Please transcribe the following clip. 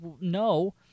no